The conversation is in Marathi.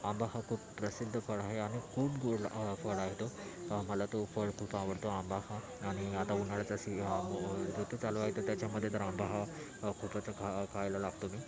आंबा हा खूप प्रसिद्ध फळ आहे आणि खूप गोड फळ आहे तो मला तो फळ खूप आवडतो आंबा हा आणि आता उन्हाळ्याचा सिझन ऋतू चालू आहे तर त्याच्यामध्ये तर आंबा हा खूपच खा खायला लागतो मी